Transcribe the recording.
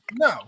No